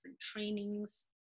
trainings